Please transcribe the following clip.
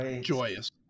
joyous